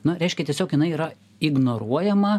na reiškia tiesiog jinai yra ignoruojama